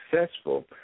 successful